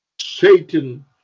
Satan